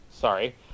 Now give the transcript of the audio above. Sorry